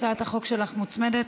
הצעת החוק שלך מוצמדת,